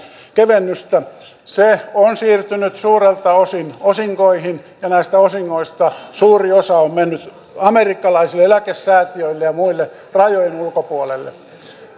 kevennystä vuosittain se on siirtynyt suurelta osin osinkoihin ja näistä osingoista suuri osa on mennyt amerikkalaisille eläkesäätiöille ja muille rajojemme ulkopuolelle